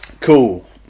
Cool